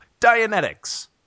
Dianetics